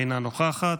אינה נוכחת,